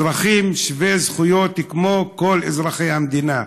אזרחים שווי זכויות כמו כל אזרחי המדינה,